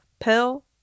Pill